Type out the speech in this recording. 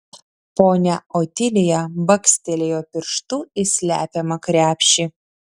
ponia otilija bakstelėjo pirštu į slepiamą krepšį